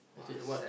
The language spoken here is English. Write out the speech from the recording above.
she said what